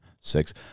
six